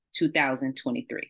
2023